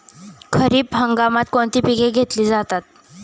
खरीप हंगामात कोणती पिके घेतली जातात?